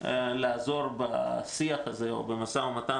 לעזור בשיח ובמשא ומתן